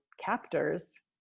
captors